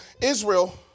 Israel